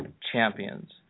champions